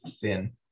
sin